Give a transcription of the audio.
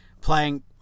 Playing